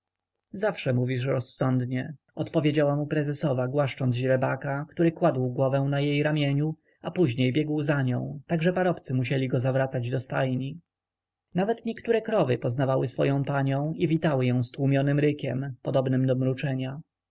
zawsze mówisz rozsądnie odpowiedziała mu prezesowa głaszcząc źrebaka który kładł głowę na jej ramieniu a później biegł za nią tak że parobcy musieli go zawracać do stajni nawet niektóre krowy poznawały swoją panią i witały ją stłumionym rykiem podobnym do mruczenia